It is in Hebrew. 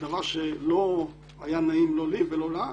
זה דבר שלא היה נעים לא לי ולא לה,